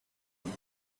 them